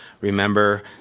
Remember